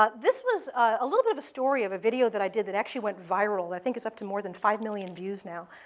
ah this was a little bit of a story of a video that i did that actually went viral. think it's up to more than five million views now,